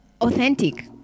authentic